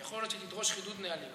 ויכול להיות שהיא תדרוש חידוד נהלים.